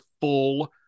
full